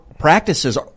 Practices